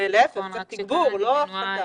להפך, צריך תגבור, לא הפסקה.